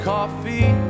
Coffee